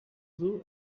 zoo